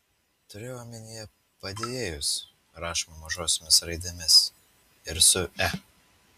turėjau omenyje padėjėjus rašoma mažosiomis raidėmis ir su e